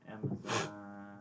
Amazon